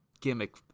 gimmick